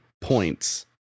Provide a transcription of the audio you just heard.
points